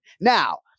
Now